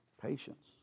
Patience